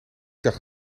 dacht